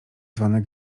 zwane